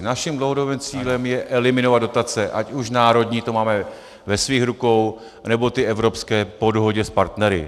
Naším dlouhodobým cílem je eliminovat dotace, ať už národní, to máme ve svých rukou, anebo ty evropské po dohodě s partnery.